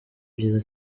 byiza